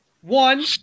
One